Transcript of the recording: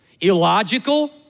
Illogical